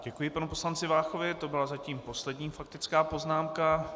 Děkuji panu poslanci Váchovi, to byla zatím poslední faktická poznámka.